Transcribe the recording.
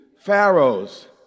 Pharaoh's